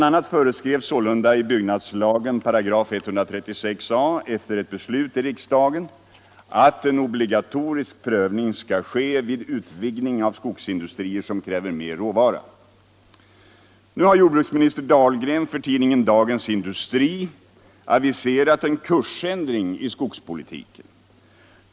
a. föreskrevs sålunda i byggnadslagen 136 a § efter ett beslut i riksdagen att en obligatorisk prövning skall ske vid utvidgning av skogsindustrier som kräver mer råvara. Nu har jordbruksminister Dahlgren för tidningen Dagens Industri aviserat en kursändring i skogspolitiken.